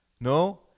No